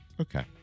Okay